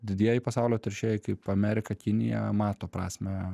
didieji pasaulio teršėjai kaip amerika kiniją mato prasmę